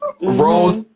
Rose